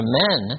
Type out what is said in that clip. men